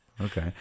Okay